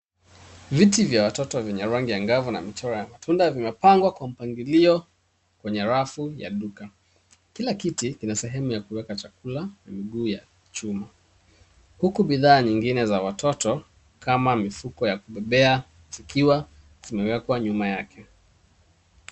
Viti vya watoto venye rangi angavu na michoro ya matunda vimepangwa kwa mpangilio kwenye rafu ya duka. Kila kiti kina sehemu ya kueka chakula na mguu ya chuma huku bidhaa nyingine za watoto kama mifuko ya kubebea zikiwa zimewekwa nyuma yake.